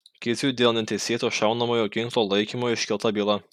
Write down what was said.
kiziui dėl neteisėto šaunamojo ginklo laikymo iškelta byla